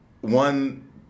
one